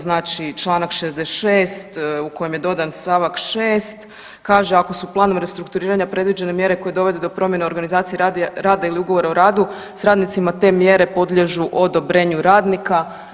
Znači Članak 66. u kojem je dodan stavak 6. kaže ako su planovi restrukturiranja predviđene mjere koje dovode do promjene organizacije rada ili ugovora o radu s radnicima te mjere podliježu odobrenju radnika.